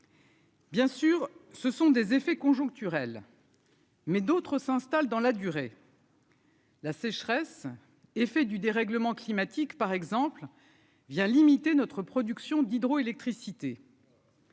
Bien sûr, ce sont des effets conjoncturels. Mais d'autres s'installe dans la durée. La sécheresse effet du dérèglement climatique, par exemple via limiter notre production d'hydroélectricité.